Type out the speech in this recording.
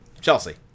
Chelsea